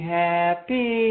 happy